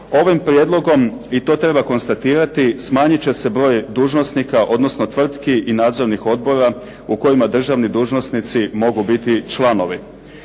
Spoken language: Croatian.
Ovim prijedlogom i to treba konstatirati smanjit će se broj dužnosnika, odnosno tvrtki i nadzornih odbora u kojima državni dužnosnici mogu biti članovi.